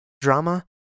drama